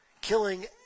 killing